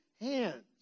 hands